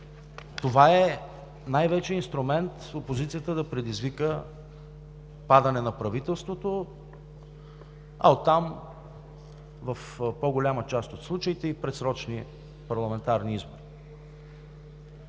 това е най-вече инструмент опозицията да предизвика падане на правителството, а оттам – в по-голяма част от случаите, и предсрочни парламентарни избори.